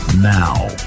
Now